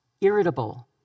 irritable